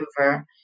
over